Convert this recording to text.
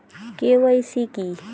KYC কী?